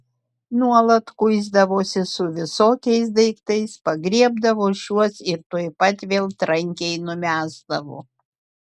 nuolat kuisdavosi su visokiais daiktais pagriebdavo šiuos ir tuoj pat vėl trankiai numesdavo